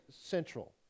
central